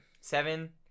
seven